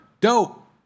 Dope